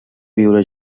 viure